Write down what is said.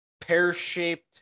pear-shaped